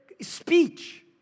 speech